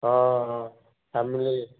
ହଁ ହଁ ଫ୍ୟାମିଲୀ